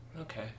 Okay